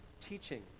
teaching